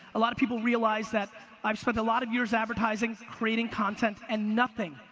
a lot of people realize that i've spent a lot of years advertising, creating content, and nothing,